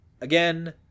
again